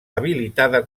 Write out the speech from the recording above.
habilitada